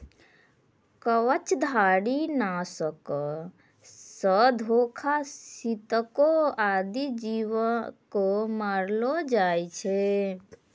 कवचधारी? नासक सँ घोघा, सितको आदि जीव क मारलो जाय छै